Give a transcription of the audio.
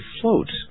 float